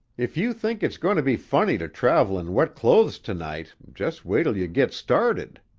if you think it's goin' to be funny to travel in wet clothes to-night, just wait till you git started.